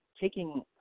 taking